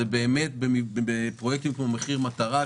היא באמת בפרויקטים כמו מחיר מטרה,